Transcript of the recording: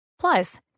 Plus